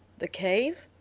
the cave?